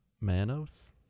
Manos